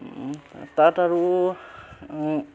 তাত আৰু